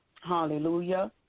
Hallelujah